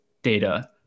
data